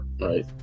right